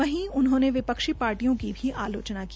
वहीं उन्होंने विपक्षी पार्टियों की आलोचना भी की